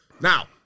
Now